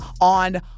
on